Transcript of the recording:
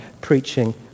preaching